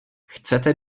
chcete